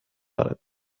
دارد